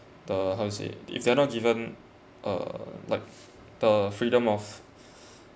the how to say if they are not given uh like the freedom of